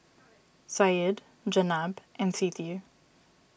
Syed Jenab and Siti